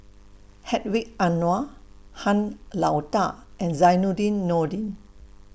Hedwig Anuar Han Lao DA and Zainudin Nordin